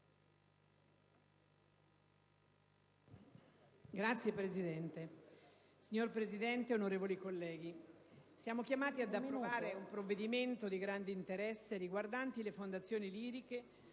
Signora Presidente, onorevoli colleghi, siamo chiamati ad approvare un provvedimento di grande interesse riguardante le fondazioni liriche,